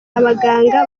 abaganga